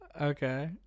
Okay